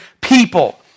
people